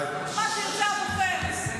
מה שירצה הבוחר.